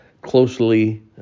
closely